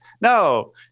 No